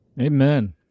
Amen